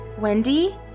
Wendy